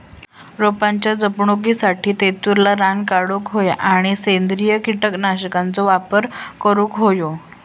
रोपाच्या जपणुकीसाठी तेतुरला रान काढूक होया आणि सेंद्रिय कीटकनाशकांचो वापर करुक होयो